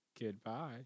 Goodbye